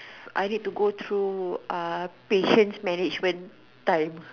I need to go through uh patience management time